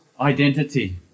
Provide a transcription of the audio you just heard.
identity